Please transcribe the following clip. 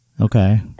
Okay